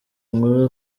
inkuru